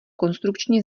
konstrukční